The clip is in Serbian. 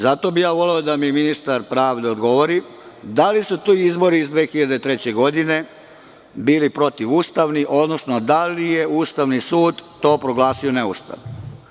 Zato bih voleo da ministar pravde odgovori da li su to izbori iz 2003. godine bili protivustavni, odnosno da li je Ustavni sud to proglasio neustavnim?